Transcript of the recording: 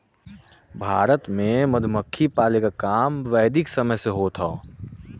भारत में मधुमक्खी पाले क काम वैदिक समय से होत हौ